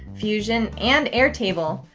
fusion, and airtable,